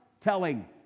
telling